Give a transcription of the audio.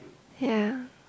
ya